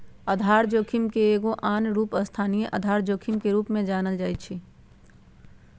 आधार जोखिम के एगो आन रूप स्थानीय आधार जोखिम के रूप में जानल जाइ छै